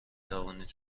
توانید